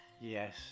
Yes